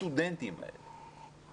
לסטודנטים האלה,